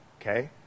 okay